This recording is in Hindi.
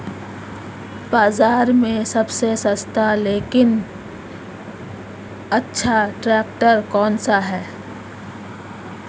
बाज़ार में सबसे सस्ता लेकिन अच्छा ट्रैक्टर कौनसा है?